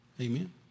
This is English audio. Amen